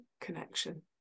connection